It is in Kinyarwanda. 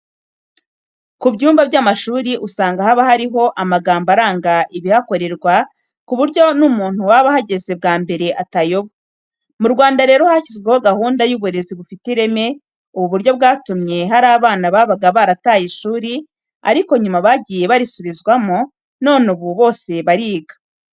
Ku byumba by'amashuri usanga haba hariho amagambo aranga ibihakorerwa ku buryo n'umuntu waba uhageze bwa mbere atayoba. Mu Rwanda rero hashyizweho gahunda y'uburezi bufite ireme, ubu buryo bwatumye hari abana babaga barataye ishuri ariko nyuma bagiye barisubizwamo none ubu bose bariga.